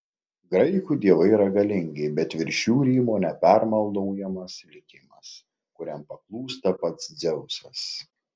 graikų dievai yra galingi bet virš jų rymo nepermaldaujamas likimas kuriam paklūsta pats dzeusas